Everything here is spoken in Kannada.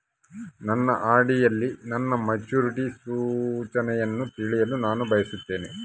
ನನ್ನ ಆರ್.ಡಿ ಯಲ್ಲಿ ನನ್ನ ಮೆಚುರಿಟಿ ಸೂಚನೆಯನ್ನು ತಿಳಿಯಲು ನಾನು ಬಯಸುತ್ತೇನೆ